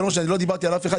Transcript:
אני לא דיברתי על אף אחד,